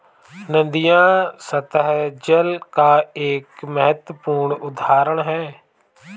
नदियां सत्तह जल का एक महत्वपूर्ण उदाहरण है